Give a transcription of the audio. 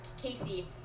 Casey